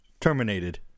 Terminated